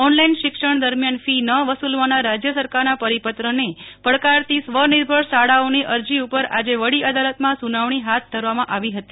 online શિક્ષણ દરમ્યાન fee ન વસુલવાના રાજય સરકારના પરિપત્રને પડકારતી સ્વનિર્ભર શાળાઓની અરજી ઉપર આજે વડી અદાલતમાં સુનવણી હાથ ધરવામાં આવી હતી